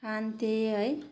खान्थ्येँ है